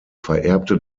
vererbte